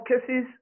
cases